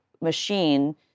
machine